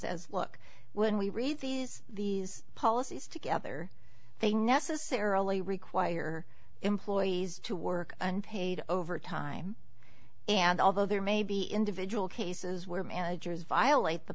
says look when we read these these policies together they necessarily require employees to work unpaid overtime and although there may be individual cases where managers violate the